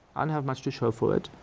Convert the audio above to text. and have much to show for it,